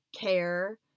care